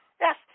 Yes